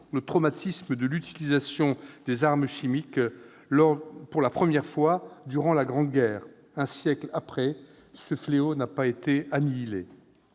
le traumatisme de l'utilisation des armes chimiques pour la première fois durant la Grande Guerre. Un siècle après, ce fléau n'a pas été annihilé.